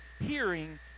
hearing